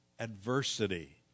adversity